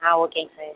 ஓகேங்க சார்